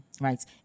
right